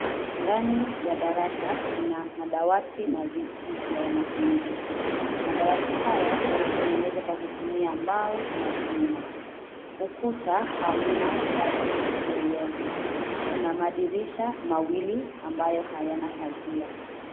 Ndani ya darasa na madawati na viti vya wanafunzi. Madawati haya yametengenezwa kwa kutumia mbao na vyuma. Ukuta hamna chati yoyote. Kuna madirisha mawili ambayo hayana pazia.